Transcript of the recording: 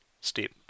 step